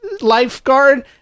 lifeguard